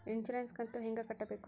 Insurance ಕಂತು ಹೆಂಗ ಕಟ್ಟಬೇಕು?